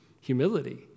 Humility